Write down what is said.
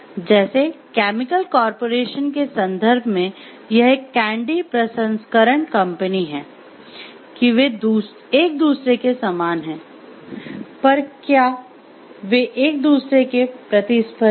जैसे chemical corporation के संदर्भ में यह एक कैंडी प्रसंस्करण कंपनी है वे एक दूसरे के समान हैं पर क्या वे एक दूसरे के प्रतिस्पर्धी हैं